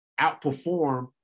outperform